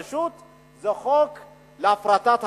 פשוט: זה חוק להפרטת הכנסת.